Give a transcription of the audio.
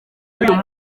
y’uyu